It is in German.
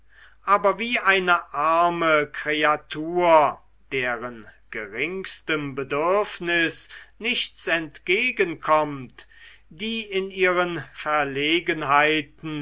aber wie eine arme kreatur deren geringstem bedürfnis nichts entgegenkommt die in ihren verlegenheiten